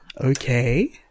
okay